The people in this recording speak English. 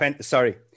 Sorry